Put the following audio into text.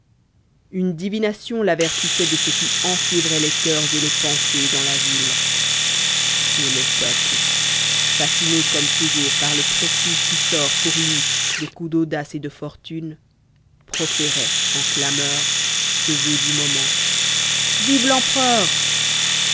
une divination l'avertissait de ce qui enfiévrait les cœurs et les pensées dans la ville et le peuple fasciné comme toujours par le prestige qui sort pour lui des coups d'audace et de fortune proférait en clameur ce vœu du moment vive l'empereur